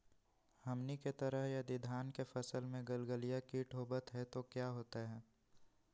हमनी के तरह यदि धान के फसल में गलगलिया किट होबत है तो क्या होता ह?